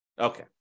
Okay